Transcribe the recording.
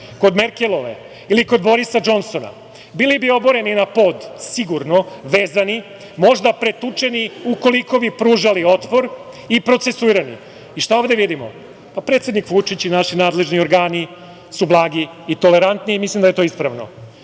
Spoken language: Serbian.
kod Merkelove ili kod Borisa Džonsona, bili bi oboreni na pod sigurno, vezani, možda pretučeni, ukoliko bi pružali otpor, i procesuirani. I šta ovde vidimo? Predsednik Vučić i naši nadležni organi su blagi i tolerantni i mislim da je to ispravno.